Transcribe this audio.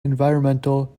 environmental